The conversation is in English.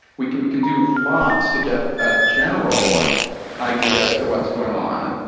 we can we can do lots to get a general idea as to what's going on.